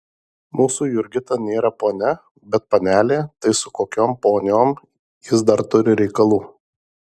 mūsų jurgita nėra ponia bet panelė tai su kokiom poniom jis dar turi reikalų